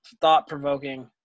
Thought-provoking